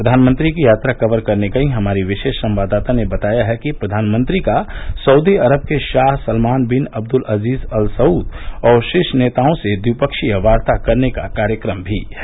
प्रधानमंत्री की यात्रा कवर करने गई हमारी विशेष संवाददाता ने बताया है कि प्रधानमंत्री का सऊदी अरब के शाह Salman bin Abdul Aziz Al Saud और शीर्ष नेताओं से द्विपक्षीय वार्ता करने का कार्यक्रम भी है